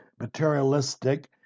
materialistic